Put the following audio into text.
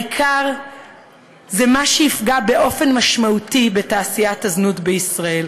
העיקר זה מה שיפגע באופן משמעותי בתעשיית הזנות בישראל.